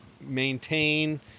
maintain